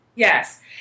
Yes